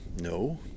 no